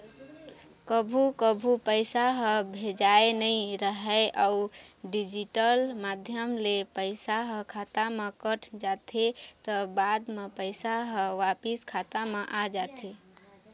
कभू कभू पइसा ह भेजाए नइ राहय अउ डिजिटल माध्यम ले पइसा ह खाता म कट जाथे त बाद म पइसा ह वापिस खाता म आ जाथे